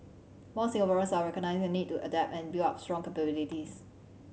more Singaporeans are recognising the need to adapt and build up strong capabilities